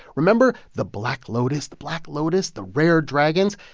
remember the black lotus, the black lotus, the rare dragons?